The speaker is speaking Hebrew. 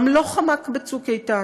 גם לו חמק ב"צוק איתן".